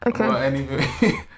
Okay